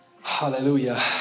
Hallelujah